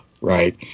Right